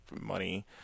money